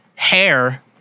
hair